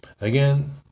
again